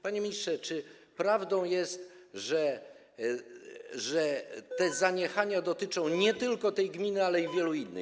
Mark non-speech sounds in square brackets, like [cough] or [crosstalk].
Panie ministrze, czy prawdą jest, że te zaniechania dotyczą nie tylko tej gminy, [noise] ale i wielu innych.